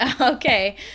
okay